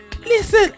Listen